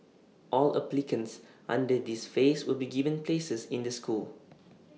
all applicants under this phase will be given places in the school